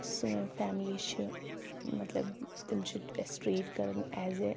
سٲنۍ فیملی چھِ مطلب تِم چھِ اسہِ ٹرٛیٖٹ کَران ایز اےٚ